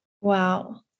wow